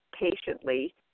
patiently